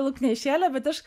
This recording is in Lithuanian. lauknešėlio bet aš